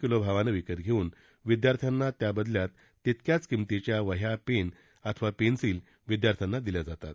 kilo भावानं विकत घेऊन त्या बदल्यात तितक्याच किंमतीच्या वह्या पेन अथवा पेन्सिल विद्यार्थ्यांना दिल्या जातात